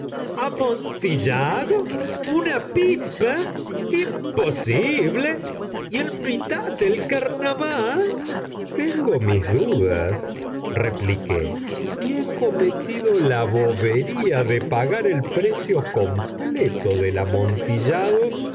él amontillado una pipa imposible y en mitad del carnaval tengo mis dudas repliqué y he cometido la bobería de pagar el precio completo del amontillado